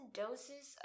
doses